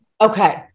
Okay